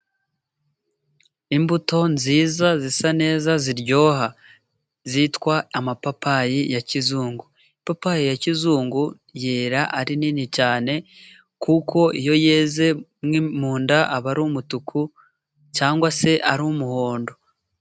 Imbuto nziza zisa neza ziryoha zitwa amapapayi. Ipapayi ya kizungu yera ari nini cyane, kuko iyo yeze mu nda iba ari umutuku cyangwa se ari umuhondo.